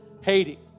Haiti